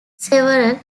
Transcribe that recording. several